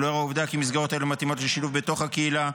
ולאור העובדה כי מסגרות אלה מתאימות לשילוב בתוך הקהילה,